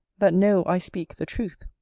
that know i speak the truth.